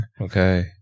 Okay